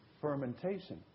Fermentation